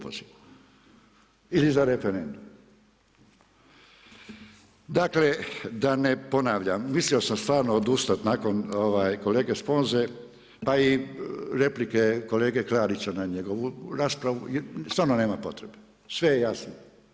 Dakle, da ne ponavljam, mislio sam stvarno odustati, nakon kolege Sponze, pa i replike kolege Klarića na njegovu raspravu, jer stvarno nema potrebe, sve je jasno.